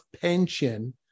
pension